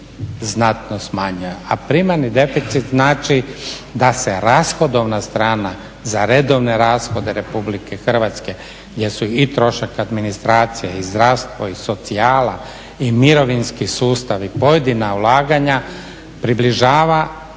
znatno smanjio, a primarni deficit znači da se rashodovna strana za redovne rashode RH jer su i trošak administracije i zdravstvo i socijala i mirovinski sustav i pojedina ulaganja približava iznosu